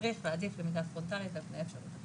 צריך להעדיף למידה פרונטלית על פני אפשרויות אחרות.